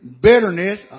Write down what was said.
bitterness